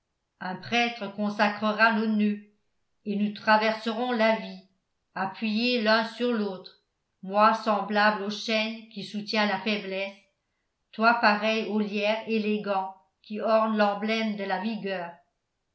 un prêtre consacrera nos noeuds et nous traverserons la vie appuyés l'un sur l'autre moi semblable au chêne qui soutient la faiblesse toi pareille au lierre élégant qui orne l'emblème de la vigueur